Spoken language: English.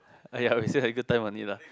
!aiya! we set a good time on it lah